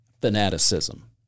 fanaticism